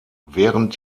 während